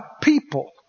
people